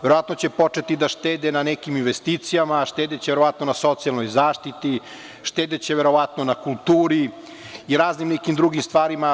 Verovatno će početi da štede na nekim investicijama, štedeće verovatno na socijalnoj zaštiti, štedeće verovatno na kulturi i raznim nekim drugim stvarima.